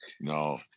No